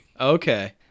Okay